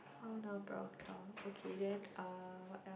how now brown cow okay then uh what else